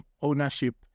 ownership